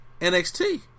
NXT